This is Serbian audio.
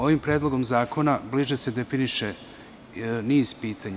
Ovim predlogom zakona bliže se definiše niz pitanja.